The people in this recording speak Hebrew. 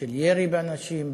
של ירי באנשים,